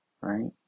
right